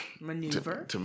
maneuver